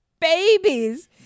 babies